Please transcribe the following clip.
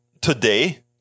today